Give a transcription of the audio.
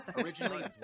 originally